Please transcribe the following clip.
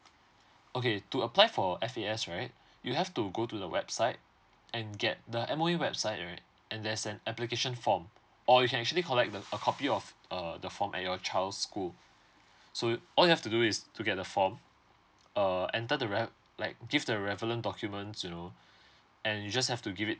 okay to apply for F A S right you have to go to the website and get the M_O_E website right and there's an application form or you can actually collect the a copy of uh the form at your child's school so you all you have to do is to get the form uh enter the rel~ like give the relevant documents you know and you just have to give it